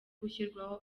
gushyirwaho